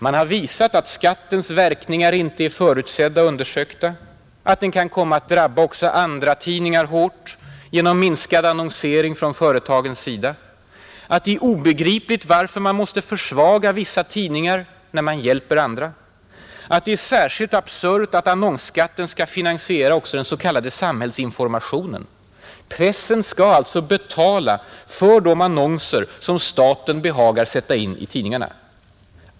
Man har visat att skattens verkningar inte är förutsedda och undersökta, att den kan komma att drabba också andratidningar hårt genom minskad annonsering från företagens sida, att det är obegripligt varför man måste försvaga vissa tidningar när man hjälper andra, att det är särskilt absurt att annonsskatten skall finansiera också den s.k. samhällsinformationen — pressen skall alltså betala för de annonser som staten behagar sätta in i tidningarna.